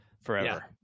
forever